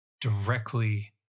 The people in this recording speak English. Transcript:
directly